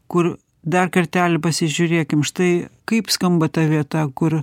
kur dar kartelį pasižiūrėkim štai kaip skamba ta vieta kur